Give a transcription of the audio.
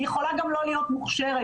היא יכולה גם לא להיות מוכשרת.